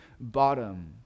bottom